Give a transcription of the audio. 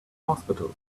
hospital